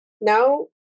Now